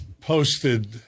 posted –